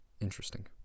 Interesting